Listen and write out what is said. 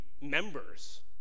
members